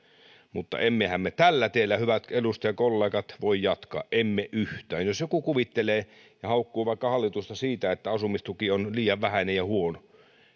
mutta emmehän me tällä tiellä hyvät edustajakollegat voi jatkaa emme yhtään jos joku kuvittelee ja haukkuu vaikka hallitusta siitä että asumistuki on liian vähäinen ja huono